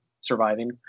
surviving